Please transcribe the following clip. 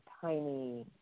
tiny